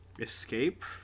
escape